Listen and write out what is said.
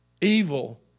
evil